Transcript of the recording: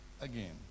again